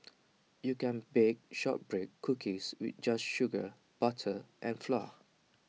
you can bake Shortbread Cookies we just sugar butter and flour